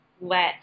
let –